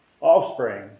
offspring